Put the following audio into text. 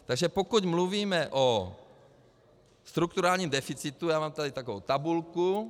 Takže pokud mluvíme o strukturálním deficitu, mám tady takovou tabulku...